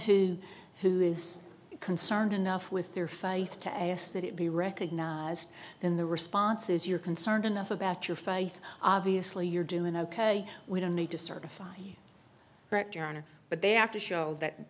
who who is concerned enough with their faith to ask that it be recognized in the responses you're concerned enough about your faith obviously you're doing ok we don't need to certify but they have to show that